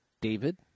David